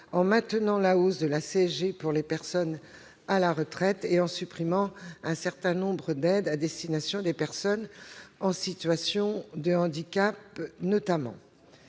en maintenant la hausse de la CSG pour les personnes à la retraite et en supprimant un certain nombre d'aides destinées aux personnes en situation de handicap notamment.